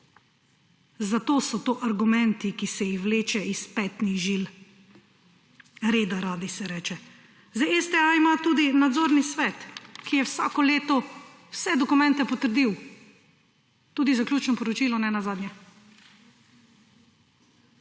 zato so to argumenti, ki se jih vleče iz petnih žil reda radi se reče. Zdaj STA ima tudi nadzorni svet, ki je vsako leto vse dokumente potrdil, tudi zaključno poročilo nenazadnje.